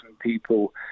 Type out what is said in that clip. people